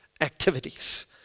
activities